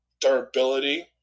durability